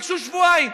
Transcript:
ביקשו שבועיים,